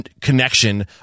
connection